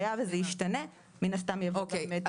אם זה ישתנה מן הסתם זה יבוא לכאן לתיקון.